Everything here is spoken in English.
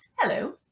Hello